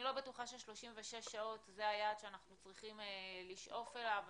אני לא בטוחה ש-36 שעות זה היעד שאנחנו צריכים לשאוף אליו.